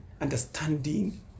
understanding